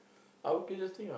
I okay this thing ah